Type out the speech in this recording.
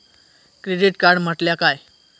Credit card म्हटल्या काय?